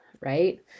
right